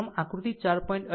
આમ આકૃતિ 4